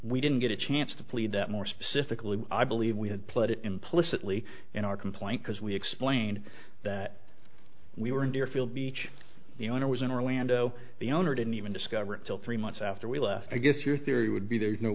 we didn't get a chance to plead that more specifically i believe we had put it implicitly in our complaint because we explained that we were in deerfield beach the owner was in orlando the owner didn't even discover it till three months after we left i guess your theory would be there is no